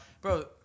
bro